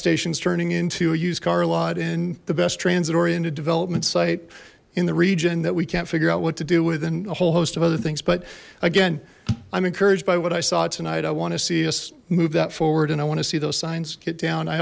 stations turning into a used car lot and the best transit oriented development site in the region that we can't figure out what to do with and a whole host of other things but again i'm encouraged by what i saw tonight i want to see us move that forward and i want to see those signs get down i